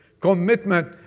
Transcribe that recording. Commitment